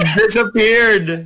disappeared